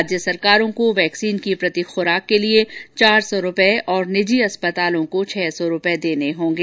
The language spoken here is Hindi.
राज्य सरकारों को वैक्सीन की प्रति खुराक के लिए चार सौ रूपये और निजी अस्पतालों को छह सौ रूपये देने होंगे